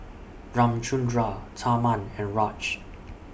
Ramchundra Tharman and Raj